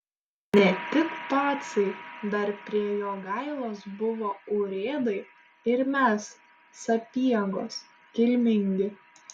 ne tik pacai dar prie jogailos buvo urėdai ir mes sapiegos kilmingi